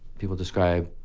people describe.